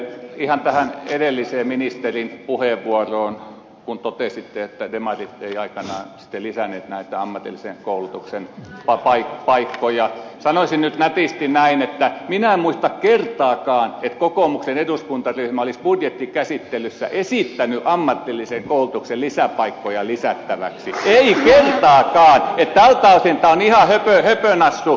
ihan tähän edelliseen ministerin puheenvuoroon kun totesitte että demarit eivät aikanaan sitten lisänneet näitä ammatillisen koulutuksen paikkoja sanoisin nyt nätisti näin että minä en muista kertaakaan että kokoomuksen eduskuntaryhmä olisi budjettikäsittelyssä esittänyt ammatillisen koulutuksen paikkoja lisättäväksi ei kertaakaan niin että tältä osin tämä on ihan höpönassu puhetta